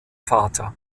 vater